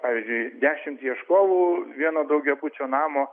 pavyzdžiui dešimt ieškovų vieno daugiabučio namo